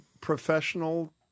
professional